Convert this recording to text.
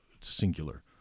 singular